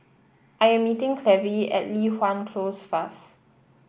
I am meeting Clevie at Li Hwan Close first